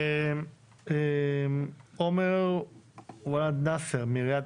עומר ואכד מעיריית